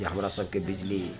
जे हमरा सबके बिजली